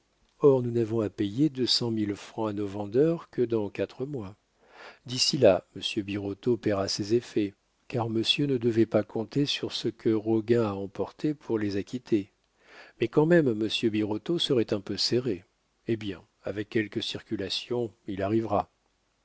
or nous n'avons à payer deux cent mille francs à nos vendeurs que dans quatre mois d'ici là monsieur birotteau paiera ses effets car monsieur ne devait pas compter sur ce que roguin a emporté pour les acquitter mais quand même monsieur birotteau serait un peu serré eh bien avec quelques circulations il arrivera